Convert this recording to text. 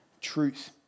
truth